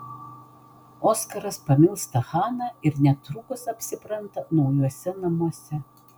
oskaras pamilsta haną ir netrukus apsipranta naujuose namuose